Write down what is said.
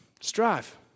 Strive